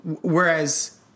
Whereas